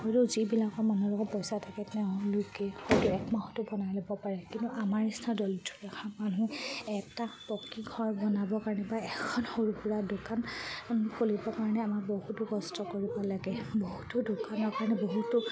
হ'লেও যিবিলাকৰ মানুহৰ লগত পইচা থাকে তেওঁলোকে একমাহতো বনাই ল'ব পাৰে কিন্তু আমাৰ নিচিনা দৰিদ্ৰ ৰেখাৰ মানুহ এটা পকী ঘৰ বনাবৰ কাৰণে বা এখন সৰু সুৰা দোকান খুলিবৰ কাৰণে আমাৰ বহুতো কষ্ট কৰিব লাগে বহুতো দোকানৰ কাৰণে বহুতো